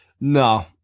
No